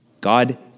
God